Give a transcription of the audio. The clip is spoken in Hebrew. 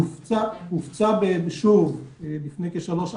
הופצה שוב לפני כ-שלוש,